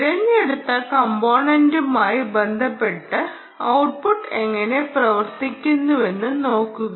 തിരഞ്ഞെടുത്ത കമ്പോണെൻ്റുമായി ബന്ധപ്പെട്ട് ഔട്ട്പുട്ട് എങ്ങനെ പ്രവർത്തിക്കുന്നുവെന്ന് നോക്കുക